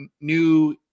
new